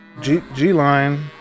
G-Line